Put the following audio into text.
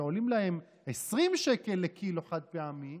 שעולים להם 20 שקל לקילו חד-פעמי,